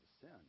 sin